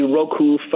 Roku